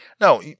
No